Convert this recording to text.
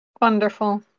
Wonderful